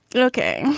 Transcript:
okay.